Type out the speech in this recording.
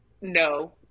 No